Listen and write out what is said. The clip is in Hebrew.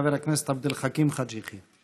חבר הכנסת עבד אל חכים חאג' יחיא.